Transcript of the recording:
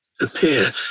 appear